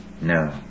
No